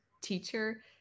teacher